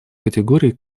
категорий